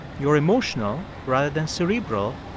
you're emotional rather than cerebral,